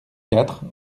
quatre